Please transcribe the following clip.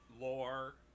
lore